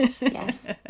yes